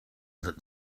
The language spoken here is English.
that